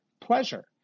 pleasure